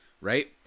right